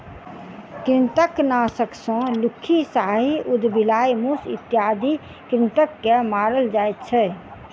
कृंतकनाशक सॅ लुक्खी, साही, उदबिलाइ, मूस इत्यादि कृंतक के मारल जाइत छै